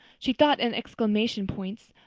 she thought in exclamation points.